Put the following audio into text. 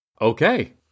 Okay